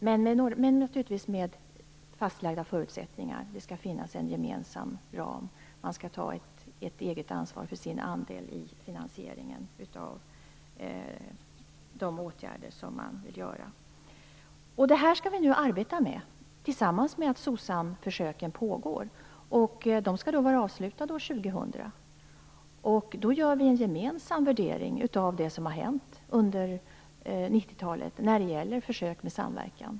Det skall naturligtvis ske med fastlagda förutsättningar, och det skall finnas en gemensam ram. Man skall ta ett eget ansvar för sin andel i finansieringen av de åtgärder som man vill vidta. Detta skall vi nu arbeta med samtidigt som SOCSAM-försöken pågår. De skall vara avslutade år 2000, och då gör vi en gemensam värdering av det som har hänt under 90-talet när det gäller försök med samverkan.